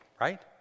Right